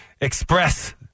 express